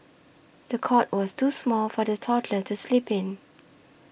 the cot was too small for the toddler to sleep in